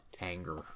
anger